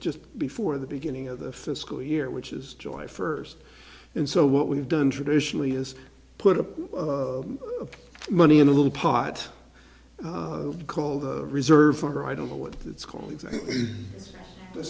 just before the beginning of the fiscal year which is joy first and so what we've done traditionally is put up money in a little pot called the reserve fund or i don't know what it's called